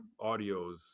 audios